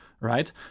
right